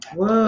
Whoa